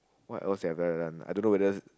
what else have I done I dunno whether